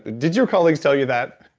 did your colleagues tell you that?